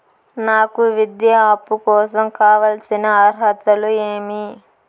నాకు విద్యా అప్పు కోసం కావాల్సిన అర్హతలు ఏమి?